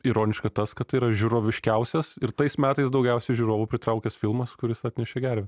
ironiška tas kad tai yra žiūroviškiausias ir tais metais daugiausiai žiūrovų pritraukęs filmas kuris atnešė gerves